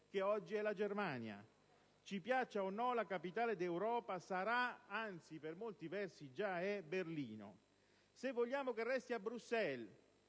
che oggi è la Germania: ci piaccia o no, la capitale d'Europa sarà, anzi, per molti versi già lo è, Berlino. Se vogliamo che resti a Bruxelles,